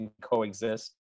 coexist